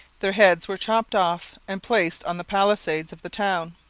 their heads were chopped off and placed on the palisades of the town,